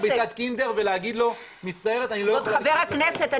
ביצת קינדר ולהגיד לו מצטערת אני לא יכולה לקנות